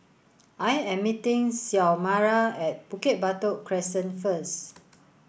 I am meeting Xiomara at Bukit Batok Crescent first